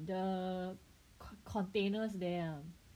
the contain~ containers there ah